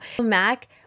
Mac